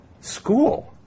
school